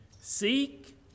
Seek